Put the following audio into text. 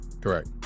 Correct